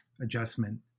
adjustment